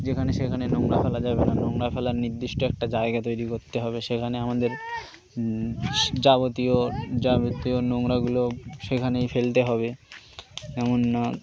যেখানে সেখানে নোংরা ফেলা যাবে না নোংরা ফেলার নির্দিষ্ট একটা জায়গা তৈরি করতে হবে সেখানে আমাদের যাবতীয় যাবতীয় নোংরাগুলো সেখানেই ফেলতে হবে এমন না